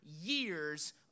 years